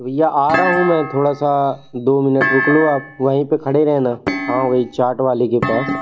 भैया आ रहा हूँ मैं थोड़ा सा दो मिनट रुक लो आप वहीं पर खड़े रहना हाँ वहीं चाट वाले के पास